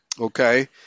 Okay